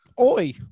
Oi